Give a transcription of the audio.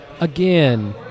Again